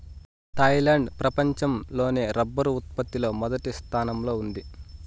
Thailand ప్రపంచం లోనే rubber ఉత్పత్తి లో మొదటి స్థానంలో ఉంది